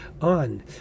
On